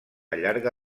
llarga